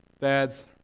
dad's